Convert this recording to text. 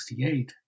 1968